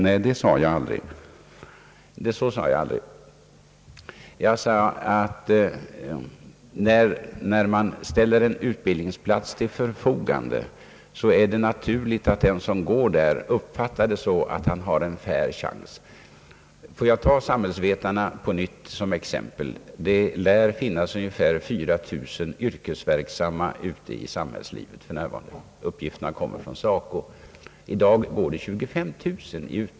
Nej, så sade jag aldrig. Jag sade att när man ställer en utbildningsplats till förfogande, är det naturligt att den som går där uppfattar det så att han har en fair chans. Låt mig på nytt ta samhällsvetarna till exempel. Det lär för närvarande finnas ungefär 4000 yrkesverksamma samhällsvetare ute i samhällslivet. Uppgifterna kommer från SACO. I dag utbildas 25 000.